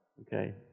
Okay